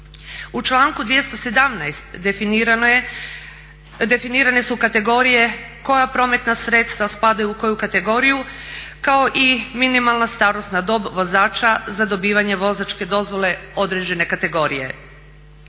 U članku 217. definirane su kategorije koja prometna sredstva spadaju u koju kategoriju kao i minimalna starosna dob vozača za dobivanje vozačke dozvole određene kategorije.